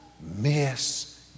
miss